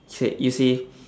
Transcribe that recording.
you see